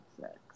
sex